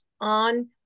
on